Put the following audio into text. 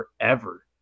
forever